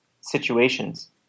situations